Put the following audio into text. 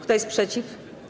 Kto jest przeciw?